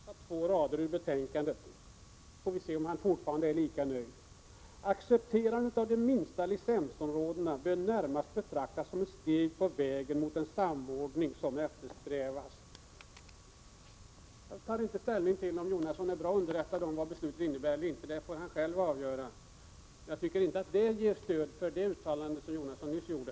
Herr talman! I anledning av det senaste som Bertil Jonasson sade vill jag läsa två rader ur betänkandet, så får vi se om han därefter är lika nöjd: ”Accepterandet av de minsta licensområdena bör närmast betraktas som ett steg på vägen mot den samordning som eftersträvas.” Jag tar inte ställning till om Jonasson är väl underrättad om vad beslutet innebär eller inte. Det får han själv avgöra. Men jag tycker inte att det jag citerade ger stöd för det uttalande som Jonasson nyss gjorde.